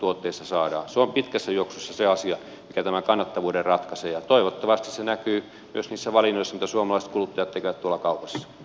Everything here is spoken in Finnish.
se on pitkässä juoksussa se asia mikä tämän kannattavuuden ratkaisee ja toivottavasti se näkyy myös niissä valinnoissa mitä suomalaiset kuluttajat tekevät tuolla kaupassa